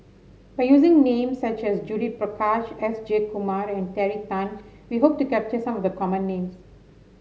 by using names such as Judith Prakash S Jayakumar and Terry Tan we hope to capture some of the common names